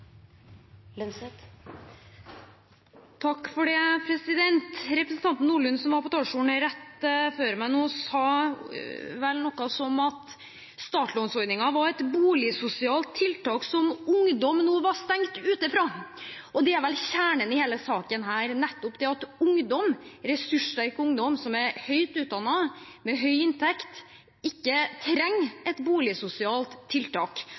Representanten Nordlund, som var på talerstolen rett før meg nå, sa noe sånt som at startlånsordningen var et boligsosialt tiltak som ungdom nå var stengt ute fra. Det er vel kjernen i hele saken – nettopp at ungdom, ressurssterk ungdom som er høyt utdannet, med høy inntekt, ikke trenger et boligsosialt tiltak.